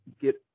get